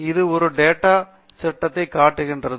இது ஒரு டேட்டா சட்டகத்தை காட்டுகிறது